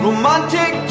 Romantic